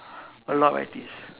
a lot of I_T_Es